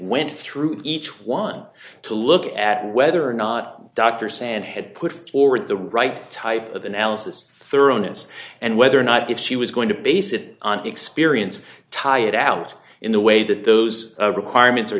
went through each one to look at whether or not dr sand had put forward the right type of analysis thoroughness and whether or not if she was going to base it on experience tired out in the way that those requirements are